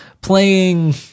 playing